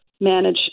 manage